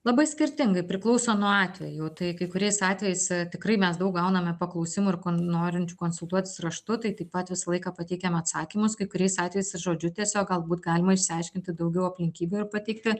labai skirtingai priklauso nuo atvejų tai kai kuriais atvejais tikrai mes daug gauname paklausimų ir kon norinčių konsultuotis raštu tai taip pat visą laiką pateikiame atsakymus kai kuriais atvejais irnžodžiu tiesiog galbūt galima išsiaiškinti daugiau aplinkybių ir pateikti